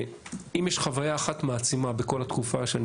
אם יש חוויה אחת מעצימה בכל התקופה שאני